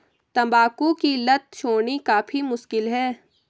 तंबाकू की लत छोड़नी काफी मुश्किल है